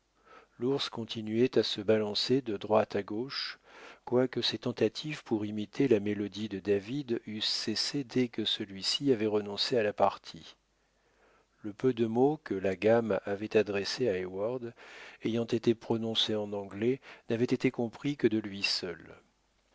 l'ours continuait à se balancer de droite à gauche quoique ses tentatives pour imiter la mélodie de david eussent cessé dès que celui-ci avait renoncé à la partie le peu de mots que la gamme avait adressés à heyward ayant été prononcés en anglais n'avaient été compris que de lui seul